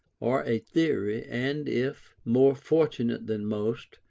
or a theory, and if, more fortunate than most,